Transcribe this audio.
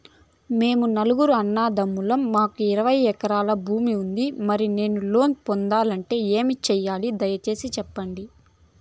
మేము నలుగురు అన్నదమ్ములం మాకు ఇరవై ఎకరాల భూమి ఉంది, మరి నేను లోను పొందాలంటే ఏమి సెయ్యాలి? దయసేసి సెప్పండి?